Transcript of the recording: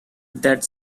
that